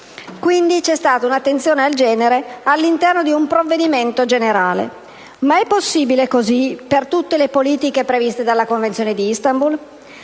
Quindi, c'è stata un'attenzione del genere all'interno di un provvedimento generale. Ma questo è possibile per tutte le politiche previste dalla Convenzione di Istanbul?